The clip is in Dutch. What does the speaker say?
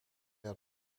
had